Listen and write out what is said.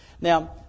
Now